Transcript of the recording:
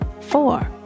Four